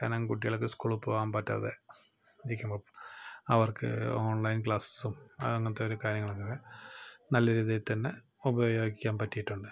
കാരണം കുട്ടികൾക്ക് സ്കൂളിൽ പോകാൻ പറ്റാതെ ഇരിക്കുമ്പം അവർക്ക് ഓൺ ലൈൻ ക്ലാസസ്സും അങ്ങനത്തെയൊക്കെ കാര്യങ്ങൾക്കും നല്ല രീതിയിൽ തന്നെ ഉപയോഗിക്കാൻ പറ്റിയിട്ടുണ്ട്